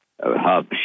hub